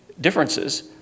differences